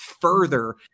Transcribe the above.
further